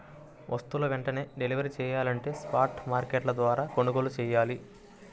వస్తువులు వెంటనే డెలివరీ చెయ్యాలంటే స్పాట్ మార్కెట్ల ద్వారా కొనుగోలు చెయ్యాలి